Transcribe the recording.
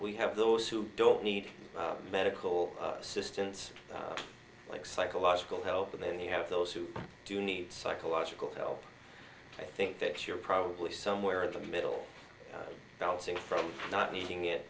e have those who don't need medical assistance like psychological help but then they have those who do need psychological help i think that you're probably somewhere in the middle bouncing from not eating it